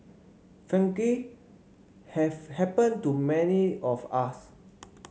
frankly have happened to many of us